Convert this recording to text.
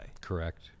Correct